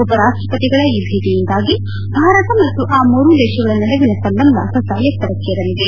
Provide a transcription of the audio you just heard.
ಉಪರಾಷ್ಟ ಪತಿಗಳ ಈ ಭೇಟಿಯಿಂದಾಗಿ ಭಾರತ ಮತ್ತು ಆ ಮೂರು ದೇಶಗಳ ನಡುವಿನ ಸಂಬಂಧ ಹೊಸ ಎತ್ತರಕ್ಕೇರಲಿದೆ